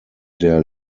der